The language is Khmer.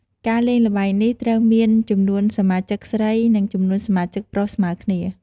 ការលេងល្បែងនេះត្រូវមាន ចំនួនសមាជិកស្រី និងចំនួនសមាជិកប្រុសស្មើគ្នា។